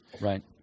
Right